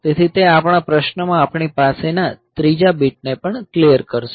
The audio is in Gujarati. તેથી તે આપણા પ્રશ્નમાં આપણી પાસેના ત્રીજા બીટને પણ ક્લિયર કરશે